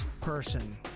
person